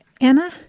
Anna